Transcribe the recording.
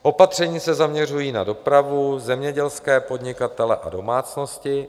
Opatření se zaměřují na dopravu, zemědělské podnikatele a domácnosti.